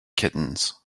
kittens